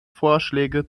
vorschläge